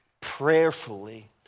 prayerfully